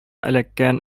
эләккән